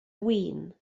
win